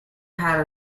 had